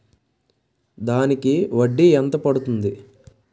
దానికి వడ్డీ ఎంత పడుతుంది?